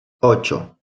ocho